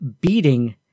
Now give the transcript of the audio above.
beating